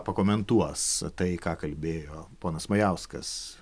pakomentuos tai ką kalbėjo ponas majauskas